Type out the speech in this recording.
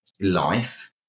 life